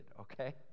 okay